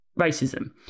racism